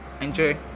Enjoy